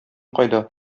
кайда